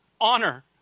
honor